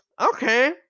okay